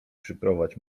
przyprowadź